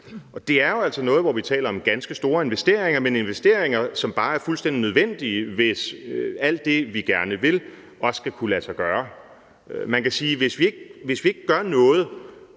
Det er jo altså noget, hvor vi taler om ganske store investeringer, men investeringer, som bare er fuldstændig nødvendige, hvis alt det, vi gerne vil, også skal kunne lade sig gøre. Man kan sige, at hvis ikke vi gør noget,